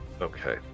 Okay